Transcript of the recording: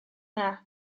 yna